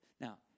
Now